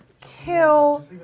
kill